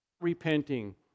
repenting